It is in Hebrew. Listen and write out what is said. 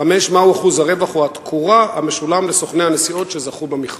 5. מה הוא אחוז הרווח או התקורה המשולמים לסוכני הנסיעות שזכו במכרז?